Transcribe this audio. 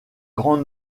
grand